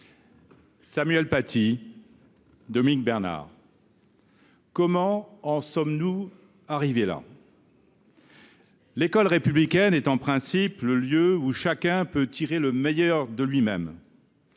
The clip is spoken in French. Samuel Paty, Dominique Bernard : comment en sommes nous arrivés là ? L’école républicaine est en principe le lieu où chacun peut tirer le meilleur de lui même.